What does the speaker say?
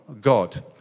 God